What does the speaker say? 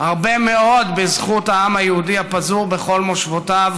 הרבה מאוד בזכות העם היהודי הפזור בכל מושבותיו.